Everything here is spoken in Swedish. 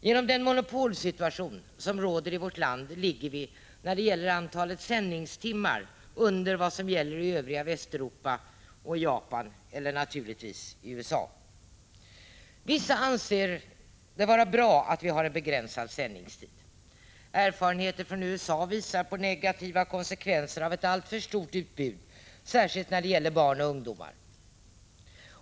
Genom den monopolsituation som finns i vårt land ligger vi när det gäller antalet sändningstimmar under vad som gäller för övriga Västeuropa och Japan och naturligtvis USA. Vissa anser det vara bra att vi har en begränsad sändningstid. Erfarenheterna från USA visar på negativa konsekvenser av ett alltför stort utbud särskilt när det gäller barn och ungdomar.